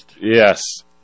Yes